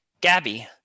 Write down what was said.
Gabby